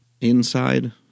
inside